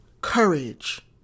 courage